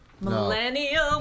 Millennial